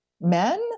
men